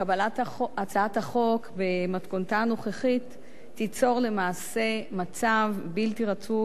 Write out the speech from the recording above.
שקבלת הצעת החוק במתכונתה הנוכחית תיצור למעשה מצב בלתי רצוי,